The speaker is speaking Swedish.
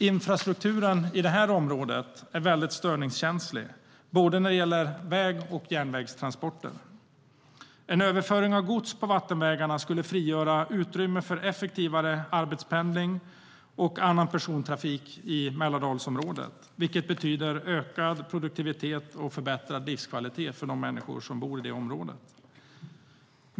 Infrastrukturen i det området är störningskänsligt vad gäller både väg och järnvägstransporter. En överföring av gods på vattenvägarna skulle frigöra utrymme för effektivare arbetspendling och annan persontrafik i Mälardalsområdet, vilket betyder ökad produktivitet och förbättrad livskvalitet för de människor som bor i området.